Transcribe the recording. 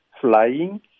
flying